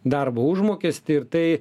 darbo užmokestį ir tai